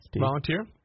Volunteer